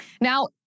Now